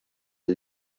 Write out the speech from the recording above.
and